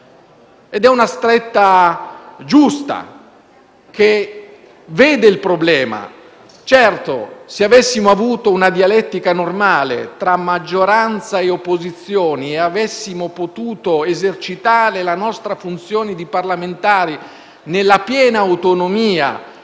Ed è una stretta giusta che vede il problema. Certo, se avessimo avuto una dialettica normale tra maggioranza e opposizioni e avessimo potuto esercitare la nostra funzione di parlamentari nella piena autonomia;